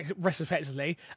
respectively